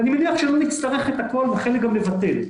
ואני מניח שלא נצטרך את הכול ועל חלק גם נוותר,